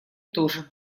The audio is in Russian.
тоже